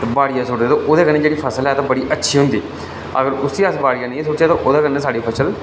बाड़िया सुटदे ते ओह्दे कन्नै जेहड़ी फसल ऐ ओह् बड़ी अच्छी होंदी अगर उसी अस बाड़िया नेईं सु'टचै ते ओहदे कन्नै साढ़ी फसल